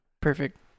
Perfect